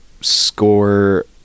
score